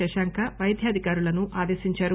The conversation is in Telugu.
శశాంక వైద్యాధికారులను ఆదేశించారు